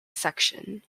section